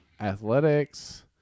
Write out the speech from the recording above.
athletics